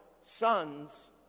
Sons